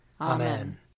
Amen